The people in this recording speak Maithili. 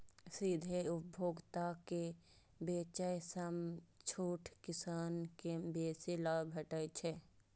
सीधे उपभोक्ता के बेचय सं छोट किसान कें बेसी लाभ भेटै छै